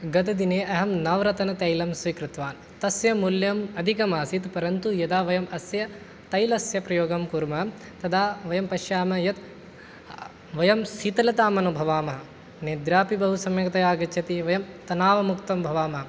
गतदिने अहं नवरत्नतैलं स्वीकृतवान् तस्य मूल्यम् अधिकम् आसीत् परन्तु यदा वयम् अस्य तैलस्य प्रयोगं कुर्मः तदा वयं पश्यामः यत् वयं सीतलताम् अनुभवामः निद्रापि बहु सम्यक्तया आगच्छति वयं तनावमुक्तं भवामः